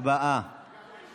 יושב-ראש